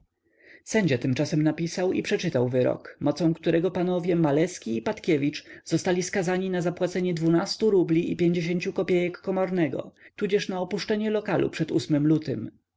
sędzia tymczasem napisał i przeczytał wyrok mocą którego panowie maleski i patkiewicz zostali skazani na zapłacenie dwunastu rubli i pięćdziesięciu kopiejek komornego tudzież na opuszczenie lokalu przed ym lutym